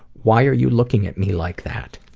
why are you looking at me like that?